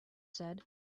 said